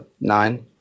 Nine